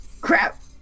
Crap